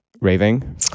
raving